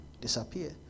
disappear